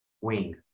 wing